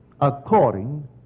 according